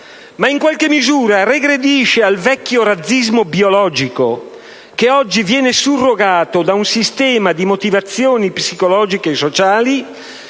ma in qualche misura regredisce al vecchio razzismo biologico, che oggi viene surrogato da un sistema di motivazioni psicologiche e sociali